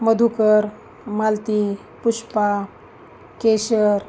Madhukar Malati Pushpa Keshar